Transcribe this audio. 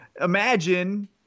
imagine